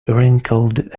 wrinkled